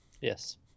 Yes